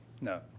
No